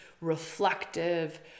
reflective